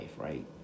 right